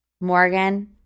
Morgan